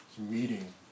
meeting